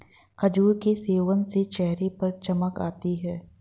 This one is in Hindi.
खजूर के सेवन से चेहरे पर चमक आती है